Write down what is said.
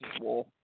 war